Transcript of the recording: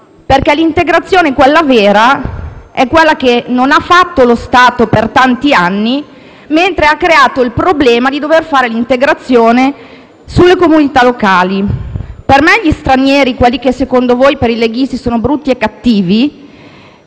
perché l'integrazione, quella vera, non è stata fatta dallo Stato per tanti anni, mentre è stato creato il problema di dover fare integrazione nelle comunità locali. Per me gli stranieri - quelli che secondo voi, per i leghisti, sono brutti e cattivi